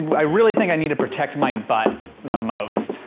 i really think i need to protect my butt the most.